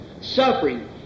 suffering